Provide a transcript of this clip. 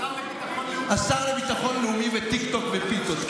השר לביטחון לאומי וטיקטוק ופיתות.